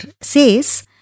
says